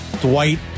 Dwight